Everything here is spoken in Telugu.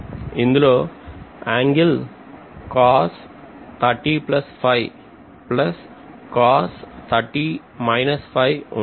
ఇందులో angle ఉంటుంది